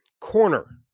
Corner